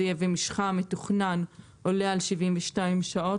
יהיה "ומשכה המתוכנן עולה על 72 שעות".